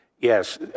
Yes